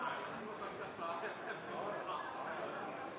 han no må